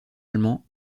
allemand